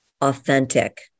authentic